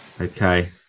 okay